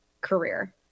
career